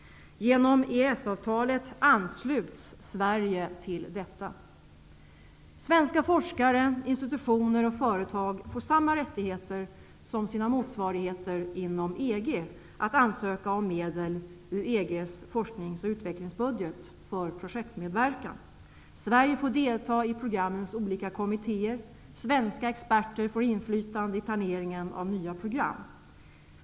Genom EES avtalet ansluts Sverige till detta. Svenska forskare, institutioner och företag får samma rättigheter som sina motsvarigheter inom EG att ansöka om medel ur EG:s forsknings och utvecklingsbudget för projektmedverkan. Sverige får delta i programmens olika kommittéer. Svenska experter får inflytande i planeringen av nya program.